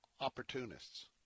opportunists